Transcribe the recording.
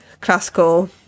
classical